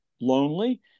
lonely